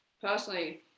personally